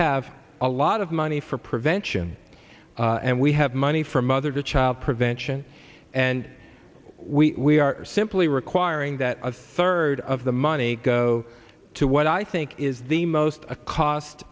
have a lot of money for prevention and we have money from mother to child prevention and we are simply requiring that a third of the money go to what i think is the most cost